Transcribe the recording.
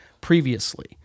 previously